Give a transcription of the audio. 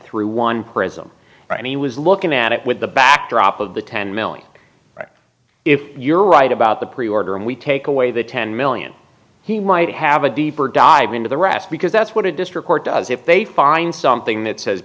through one prism right he was looking at it with the backdrop of the ten million if you're right about the preorder and we take away the ten million he might have a deeper dive into the rest because that's what a district court does if they find something that says